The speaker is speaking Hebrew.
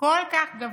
כל כך גברית,